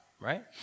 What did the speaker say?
right